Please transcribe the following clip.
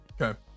Okay